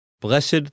Blessed